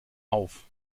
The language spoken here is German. auf